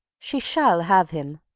she shall have him.